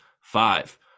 Five